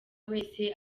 wese